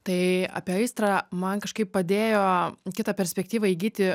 tai apie aistrą man kažkaip padėjo kitą perspektyvą įgyti